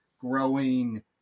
growing